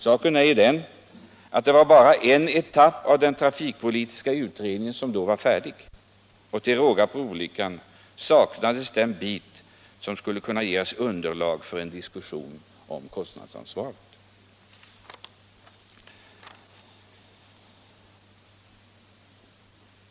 Saken är ju den att bara en etapp i den trafikpolitiska utredningen då var färdig. Till råga på olyckan saknades den bit som skulle kunna ge oss underlag för en diskussion om kostnadsansvaret.